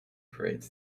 parades